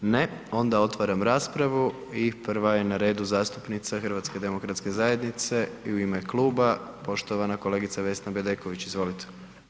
Ne, onda otvaram raspravu i prva je na redu zastupnica HDZ-a i u ime kluba poštovana kolegica Vesna Bedeković, izvolite.